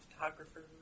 photographer